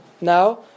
now